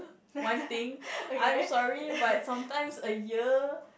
one thing I'm sorry but sometimes a year